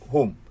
Home